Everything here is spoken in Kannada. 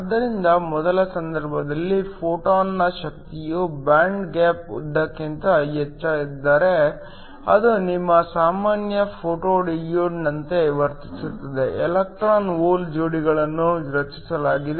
ಆದ್ದರಿಂದ ಮೊದಲ ಸಂದರ್ಭದಲ್ಲಿ ಫೋಟಾನ್ನ ಶಕ್ತಿಯು ಬ್ಯಾಂಡ್ ಗ್ಯಾಪ್ ಉದಾಕ್ಕಿಂತ ಹೆಚ್ಚಿದ್ದರೆ ಅದು ನಿಮ್ಮ ಸಾಮಾನ್ಯ ಫೋಟೋ ಡಯೋಡ್ನಂತೆ ವರ್ತಿಸುತ್ತದೆ ಎಲೆಕ್ಟ್ರಾನ್ ಹೋಲ್ ಜೋಡಿಗಳನ್ನು ರಚಿಸಲಾಗಿದೆ